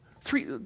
three